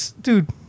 dude